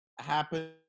happen